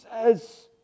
says